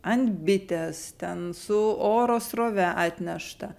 ant bitės ten su oro srove atnešta